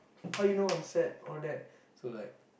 how you know I'm sad all that so like